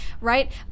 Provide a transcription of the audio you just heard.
right